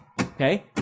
Okay